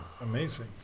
amazing